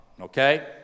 Okay